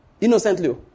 Innocently